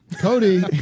Cody